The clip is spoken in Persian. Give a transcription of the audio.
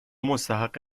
مستحق